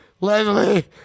Leslie